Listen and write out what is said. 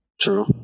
True